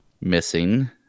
missing